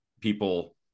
people